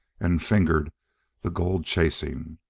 and fingered the gold chasing.